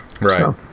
Right